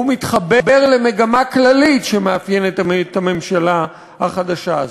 והוא מתחבר למגמה כללית שמאפיינת את הממשלה החדשה הזאת,